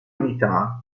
unità